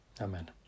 Amen